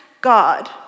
God